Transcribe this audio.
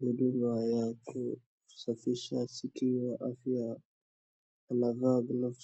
huduma ya kusafisha sikio akiwa anavaa gloves [cs ]